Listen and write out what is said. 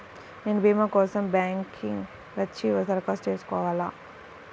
నేను భీమా కోసం బ్యాంక్కి వచ్చి దరఖాస్తు చేసుకోవాలా?